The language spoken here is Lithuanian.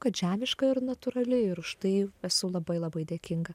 kad žemiška ir natūrali ir už tai esu labai labai dėkinga